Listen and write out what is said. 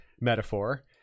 metaphor